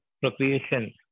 procreation